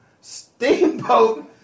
Steamboat